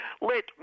Let